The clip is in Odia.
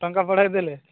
ଟଙ୍କା ବଢ଼ାଇ ଦେଲେ